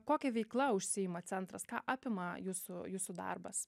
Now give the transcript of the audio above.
kokia veikla užsiima centras ką apima jūsų jūsų darbas